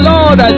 Lord